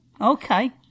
Okay